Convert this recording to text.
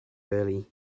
early